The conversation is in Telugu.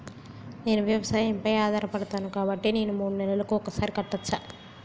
నేను వ్యవసాయం పై ఆధారపడతాను కాబట్టి నేను మూడు నెలలకు ఒక్కసారి కట్టచ్చా?